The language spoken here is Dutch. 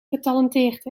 getalenteerd